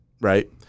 Right